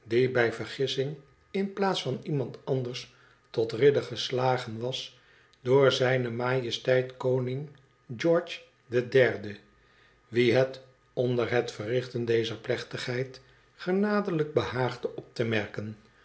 bij vergissing in plaats van iemand anders tot ridder geslagen was door zijne majesteit koning geore deo derden wien het onder het verrichten der plechtigheid senadiglijk behaagde op ts merken